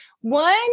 one